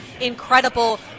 incredible